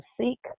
seek